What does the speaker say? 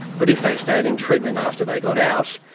but if they stayed in treatment after they got out,